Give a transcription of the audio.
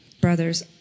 Brothers